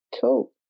Cool